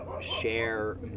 share